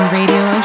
Radio